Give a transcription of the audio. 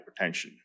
hypertension